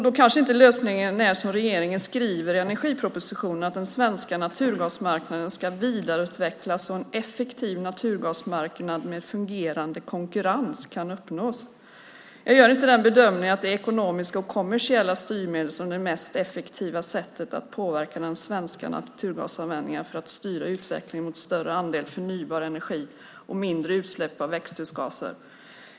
Då kanske lösningen inte är den som regeringen skriver i energipropositionen, nämligen att den svenska naturgasmarknaden ska vidareutvecklas så att en effektiv naturgasmarknad med fungerande konkurrens kan uppnås. Jag gör inte bedömningen att det är ekonomiska och kommersiella styrmedel som är det mest effektiva sättet att påverka den svenska naturgasanvändningen för att styra utvecklingen mot en större andel förnybar energi och mindre utsläpp av växthusgaser.